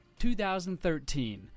2013